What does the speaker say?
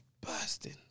bursting